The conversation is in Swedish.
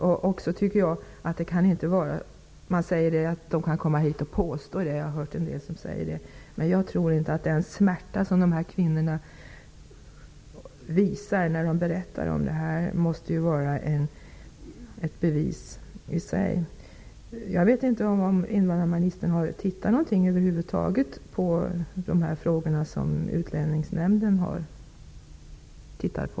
Jag har också hört en del säga att asylsökande kommer hit och påstår att de har blivit våldtagna, men jag menar att den smärta som kvinnorna visar när de berättar om våldtäkterna måste vara ett bevis i sig. Har invandrarministern över huvud taget tittat på de frågor som Utlänningsnämnden har tagit upp?